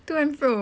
to and fro